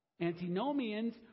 antinomians